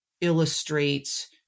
illustrates